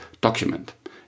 document